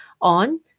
on